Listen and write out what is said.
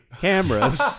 cameras